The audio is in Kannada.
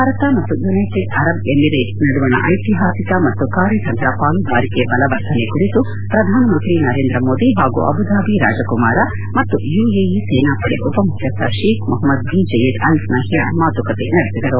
ಭಾರತ ಮತ್ತು ಯುನೈಟೆಡ್ ಅರಬ್ ಎಮಿರೇಟ್ಸ್ ಯುಎಇ ನಡುವಣ ಐತಿಹಾಸಿಕ ಮತ್ತು ಕಾರ್ಯತಂತ್ರ ಪಾಲುದಾರಿಕೆ ಬಲವರ್ಧನೆ ಕುರಿತು ಪ್ರಧಾನಮಂತ್ರಿ ನರೇಂದ್ರ ಮೋದಿ ಹಾಗೂ ಅಬುದಾಭಿ ರಾಜಕುಮಾರ ಮತ್ತು ಯುಎಇ ಸೇನಾಪಡೆ ಉಪಮುಖ್ಯಸ್ವ Sheikh Mohammed bin Zayed Al ನಪ್ಯಾನ್ ಮಾತುಕತೆ ನಡೆಸಿದರು